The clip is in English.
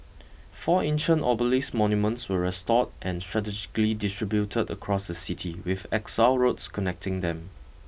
four ancient obelisk monuments were restored and strategically distributed across the city with axial roads connecting them